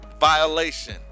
violation